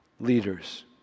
Leaders